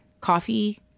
coffee